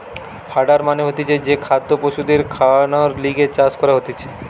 fodder মানে হতিছে যে খাদ্য পশুদের খাওয়ানর লিগে চাষ করা হতিছে